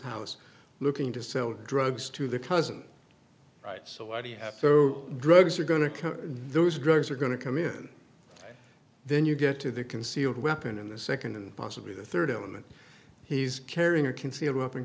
house looking to sell drugs to the cousin right so why do you have so drugs are going to cut those drugs are going to come in and then you get to the concealed weapon in the second and possibly the third element he's carrying a concealed weapon